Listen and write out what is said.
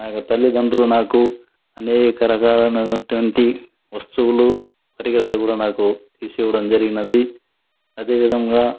నా యొక్క తల్లితండ్రులు నాకు అనేక రకాలనేటువంటి వస్తువులు పరికరాలు కూడా తీసివ్వడం జరిగినది అదేవిధంగా